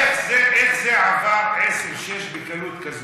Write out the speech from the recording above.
איך זה עבר 6:10 בקלות כזאת?